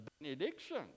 benediction